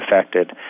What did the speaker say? affected